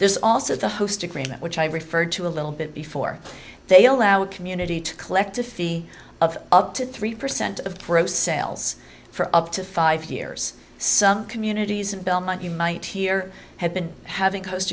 there's also the host agreement which i referred to a little bit before they allow community to collect a fee of up to three percent of gross sales for up to five years some communities in belmont you might hear have been having coast